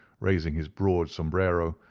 raising his broad sombrero,